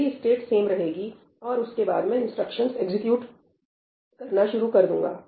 मेरी state same रहेगी और उसके बाद में इंस्ट्रक्शनस एग्जीक्यूट करना शुरू कर दूंगा